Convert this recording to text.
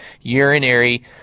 urinary